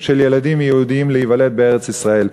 של ילדים יהודים להיוולד בארץ-ישראל.